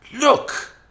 Look